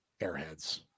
airheads